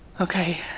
Okay